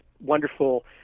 wonderful